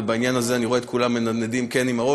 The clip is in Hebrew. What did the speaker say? ובעניין הזה אני רואה את כולם מנדנדים "כן" עם הראש.